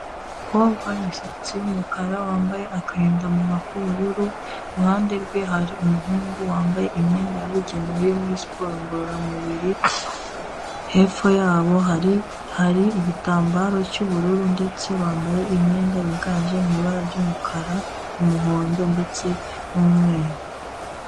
Kobwa w'imisatsi y'umukara wambaye akarindamunwa k'ubururu, iruhande rwe hari umuhungu wambaye imyenda ya bugenewe yo muri siporo ngororamubiri, hepfo yabo hari igitambaro cy'ubururu ndetse bambaye imyenda yiganje mu ibara ry'umukara, umuhondo, ndetse n'umweru.